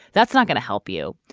that's not going to help you.